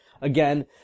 Again